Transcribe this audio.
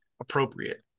appropriate